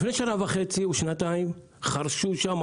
לפני שנה וחצי או שנתיים חרשו שם,